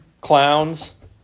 clowns